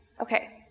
Okay